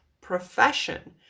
profession